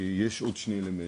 יש עוד שני אלמנטים,